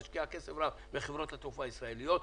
היא משקיעה כסף רב בחברות התעופה הישראליות,